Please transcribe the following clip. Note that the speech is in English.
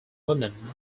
women